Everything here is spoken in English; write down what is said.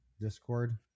discord